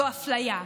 זה אפליה.